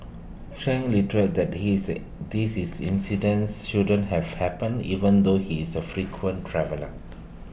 chang reiterated that his this is incidence shouldn't have happened even though he is A frequent traveller